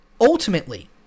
ultimately